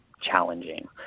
challenging